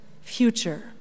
future